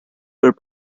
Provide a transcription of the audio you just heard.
were